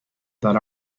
that